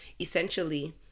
essentially